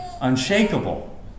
unshakable